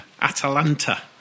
Atalanta